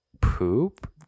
poop